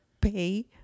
pay